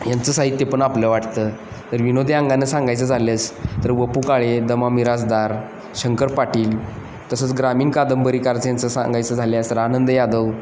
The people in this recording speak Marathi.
ह्यांचं साहित्य पण आपलं वाटतं तर विनोदी अंगांनं सांगायचं झाल्यास तर व पु काळे द मा मिरासदार शंकर पाटील तसंच ग्रामीण कादंबरीकारचं यांचं सांगायचं झाल्यास तर आनंद यादव